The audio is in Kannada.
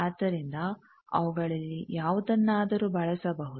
ಆದ್ದರಿಂದ ಅವುಗಳಲ್ಲಿ ಯಾವುದನ್ನಾದರೂ ಬಳಸಬಹುದು